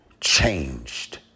changed